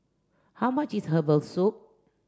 how much is herbal soup